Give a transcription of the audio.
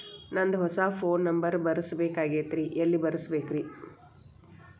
ನಂದ ಹೊಸಾ phone number ಬರಸಬೇಕ್ ಆಗೈತ್ರಿ ಎಲ್ಲೆ ಬರಸ್ಬೇಕ್ರಿ?